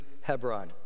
Hebron